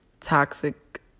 Toxic